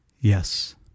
Yes